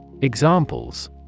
Examples